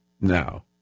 Now